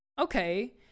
okay